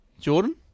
Jordan